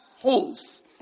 holes